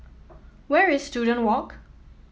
where is Student Walk